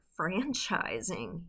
franchising